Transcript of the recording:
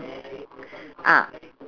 ah